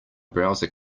browser